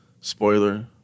spoiler